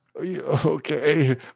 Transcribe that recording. Okay